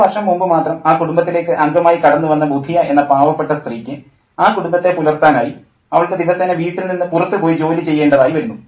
ഒരു വർഷം മുമ്പ് മാത്രം ആ കുടുംബത്തിലേക്ക് അംഗമായി കടന്നു വന്ന ബുധിയ എന്ന പാവപ്പെട്ട സ്ത്രീയ്ക്ക് ആ കുടുംബത്തെ പുലർത്താനായി അവൾക്ക് ദിവസേന വീട്ടിൽ നിന്ന് പുറത്തു പോയി ജോലി ചെയ്യേണ്ടതായി വരുന്നു